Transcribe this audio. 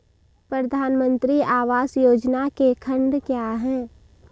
प्रधानमंत्री आवास योजना के खंड क्या हैं?